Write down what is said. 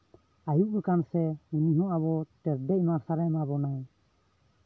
ᱟᱭᱩᱵ ᱠᱟᱱ ᱥᱮ ᱩᱱᱤ ᱦᱚᱸ ᱟᱵᱚ ᱛᱮᱨᱫᱮᱡ ᱢᱟᱨᱥᱟᱞᱮ ᱮᱢᱟ ᱵᱚᱱᱟ